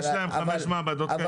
יש להם חמש מעבדות כאלה.